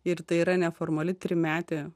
ir tai yra neformali trimetė